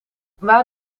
waar